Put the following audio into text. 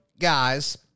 guys